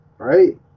Right